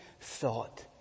thought